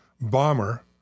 bomber